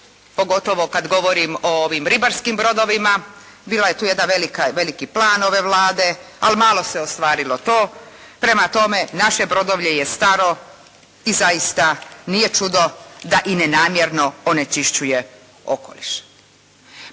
pogotovo kad govorim o ovim ribarskim brodovima. Bila je tu jedna velika, veliki plan ove Vlade ali malo se ostvarilo to. Prema tome, naše brodovlje je staro i nije čudo da i ne namjerno onečišćuje okoliš.